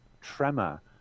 tremor